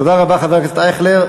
תודה רבה, חבר הכנסת אייכלר.